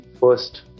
first